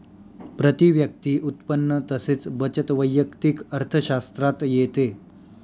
प्रती व्यक्ती उत्पन्न तसेच बचत वैयक्तिक अर्थशास्त्रात येते